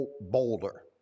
boulder